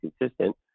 consistent